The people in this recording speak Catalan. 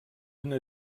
una